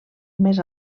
més